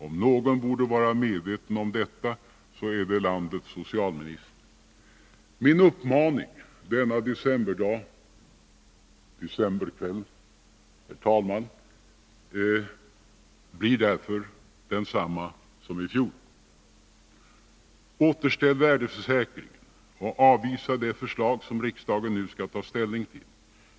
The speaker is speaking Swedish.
Om någon borde vara medveten om detta, så är det landets socialminister. Min uppmaning denna decemberdag — decemberkväll, herr talman — blir därför densamma som i fjol: ställning till!